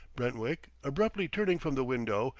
brentwick abruptly turning from the window,